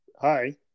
Hi